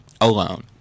alone